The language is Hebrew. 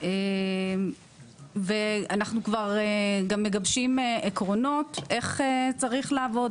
אנחנו כבר גם מגבשים עקרונות לאיך צריך לעבוד,